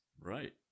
Right